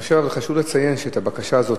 אני חושב שחשוב לציין שאת הבקשה הזאת